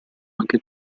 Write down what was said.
anche